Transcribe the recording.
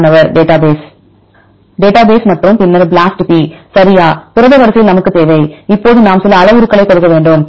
மாணவர் database database மற்றும் பின்னர் BLASTp சரியா புரத வரிசையில் நமக்குத் தேவை இப்போது நாம் சில அளவுருக்களை கொடுக்க வேண்டும்